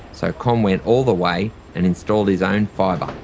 so con went all the way and installed his own fibre,